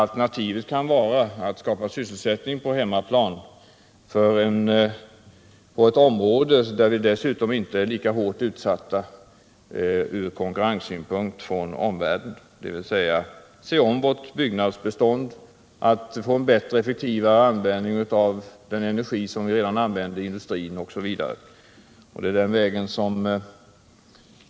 Alternativet kan vara att skapa sysselsättning på hemmaplan på ett område som inte är lika hårt utsatt för konkurrens från omvärlden, dvs. att se om vårt byggnadsbestånd, att få till stånd en effektivare användning av energin i industrin, osv.